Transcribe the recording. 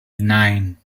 nine